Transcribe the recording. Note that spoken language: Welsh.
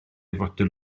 fotel